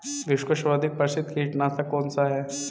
विश्व का सर्वाधिक प्रसिद्ध कीटनाशक कौन सा है?